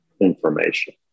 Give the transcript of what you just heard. information